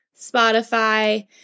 Spotify